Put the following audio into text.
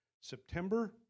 september